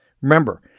Remember